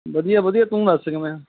ਵਧੀਆ ਵਧੀਆ ਤੂੰ ਦੱਸ ਕਿਵੇਂ ਹੈ